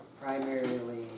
primarily